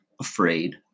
afraid